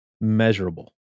measurable